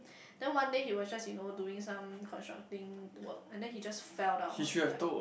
then one day he was just you know doing some constructing work and then he just fell down and like